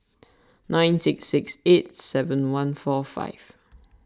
nine six six eight seven one four five